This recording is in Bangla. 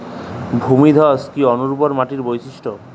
ভূমিধস কি অনুর্বর মাটির বৈশিষ্ট্য?